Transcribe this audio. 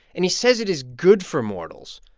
and he says it is good for mortals.